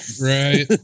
right